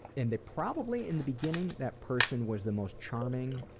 and it probably in the beginning that person was the most charming